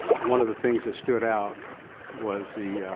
one of the things that stood out was the